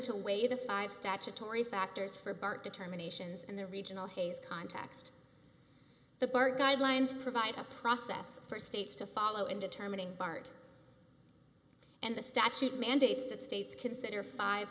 five statutory factors for bart determinations and the regional haze context the bar guidelines provide a process for states to follow in determining bart and the statute mandates that states consider five